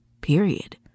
Period